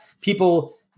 People